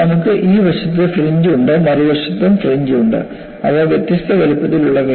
നമുക്ക് ഈ വശത്ത് ഫ്രിഞ്ച് ഉണ്ട് മറുവശത്തും ഫ്രിഞ്ച് ഉണ്ട് അവ വ്യത്യസ്ത വലുപ്പത്തിലുള്ളവയാണ്